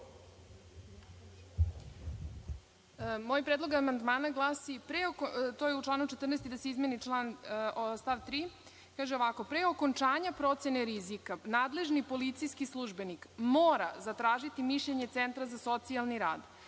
Moj predlog amandmana glasi, to je u članu 14, da se izmeni stav 3, pre okončanja procene rizika nadležni policijski službenik mora zatražiti mišljenje Centra za socijalni rad,